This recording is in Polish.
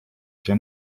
się